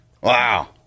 Wow